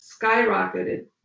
skyrocketed